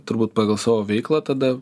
turbūt pagal savo veiklą tada